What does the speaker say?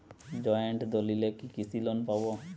Joint দলিলে কি কৃষি লোন পাব?